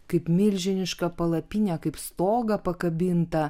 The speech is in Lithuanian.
kaip milžinišką palapinę kaip stogą pakabintą